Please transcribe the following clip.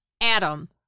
Adam